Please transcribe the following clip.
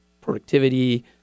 Productivity